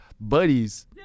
buddies